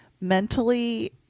mentally